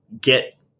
get